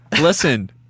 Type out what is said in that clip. listen